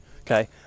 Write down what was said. okay